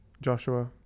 Joshua